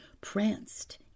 pranced